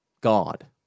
God